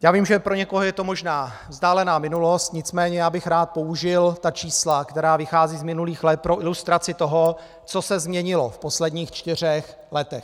Já vím, že pro někoho je to možná vzdálená minulost, nicméně já bych rád použil čísla, která vycházejí z minulých let, pro ilustraci toho, co se změnilo v posledních čtyřech letech.